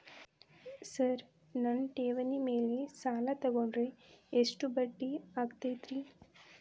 Sir ನನ್ನ ಠೇವಣಿ ಮೇಲೆ ಸಾಲ ತಗೊಂಡ್ರೆ ಎಷ್ಟು ಬಡ್ಡಿ ಆಗತೈತ್ರಿ?